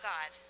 God